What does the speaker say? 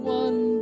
one